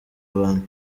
abantu